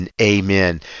Amen